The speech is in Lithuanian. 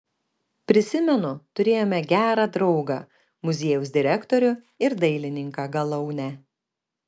prisimenu turėjome gerą draugą muziejaus direktorių ir dailininką galaunę